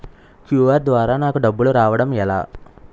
QR ద్వారా నాకు డబ్బులు రావడం ఎలా?